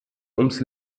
ums